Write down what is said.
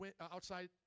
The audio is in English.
outside